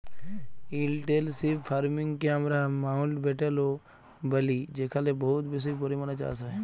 intensive farming কে আমরা মাউল্টব্যাটেল ও ব্যলি যেখালে বহুত বেশি পরিমালে চাষ হ্যয়